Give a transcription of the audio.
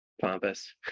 pompous